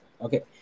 okay